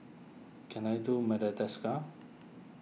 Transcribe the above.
can I do Madagascar